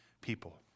people